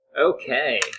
Okay